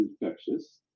infectious